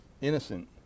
innocent